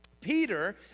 peter